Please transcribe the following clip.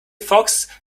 fox